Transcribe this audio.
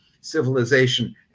civilization